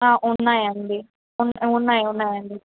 ఉన్నాయండీ ఉన్ ఉన్నాయి ఉన్నాయండీ